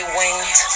went